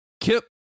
Kip